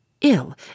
Ill